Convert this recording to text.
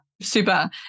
super